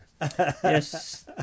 Yes